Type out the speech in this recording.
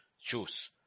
Choose